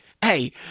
hey